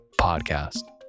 podcast